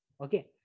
Okay